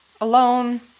Alone